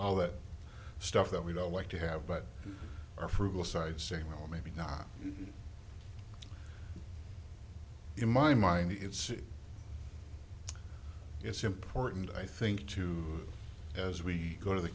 all that stuff that we don't like to have but our frugal side saying well maybe not in my mind it's it's important i think to as we go to the